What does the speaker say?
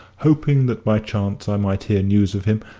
hoping that by chance i might hear news of him,